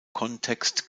kontext